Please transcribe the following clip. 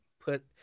put